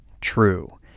true